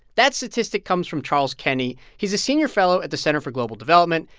that statistic comes from charles kenny. he's a senior fellow at the center for global development,